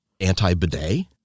anti-bidet